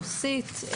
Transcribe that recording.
רוסית,